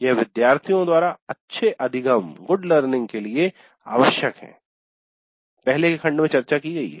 यह विद्यार्थियों द्वारा अच्छे अधिगम के लिए आवश्यक है पहले के खंड में चर्चा की गई है